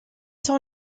son